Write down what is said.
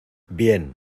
bien